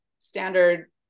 standard